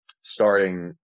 starting